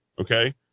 Okay